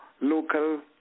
local